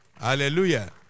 Hallelujah